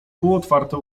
półotwarte